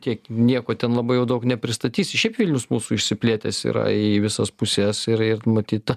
tiek nieko ten labai jau daug nepristatysi šiaip vilnius mūsų išsiplėtęs yra į visas puses ir ir matyt